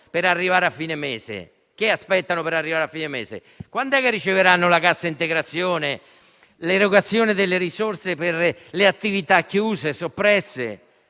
le risorse che aspettano per arrivare a fine mese? Quand'è che riceveranno la cassa integrazione e l'erogazione delle risorse per le attività chiuse o soppresse,